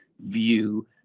view